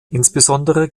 insbesondere